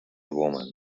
woman